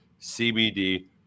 CBD